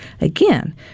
Again